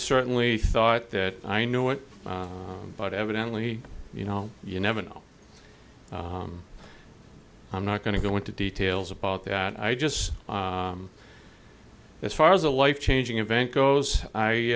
certainly thought that i knew it but evidently you know you never know i'm not going to go into details about that i just as far as a life changing event goes i